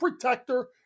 protector